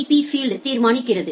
B field தீர்மானிக்கிறது